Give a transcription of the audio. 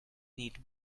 need